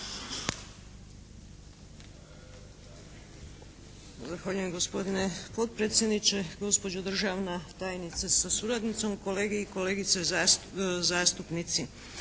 Zahvaljujem gospodine potpredsjedniče. Gospođo državna tajnice sa suradnicom, kolege i kolegice zastupnici.